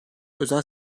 özel